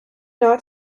not